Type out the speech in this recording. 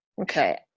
Okay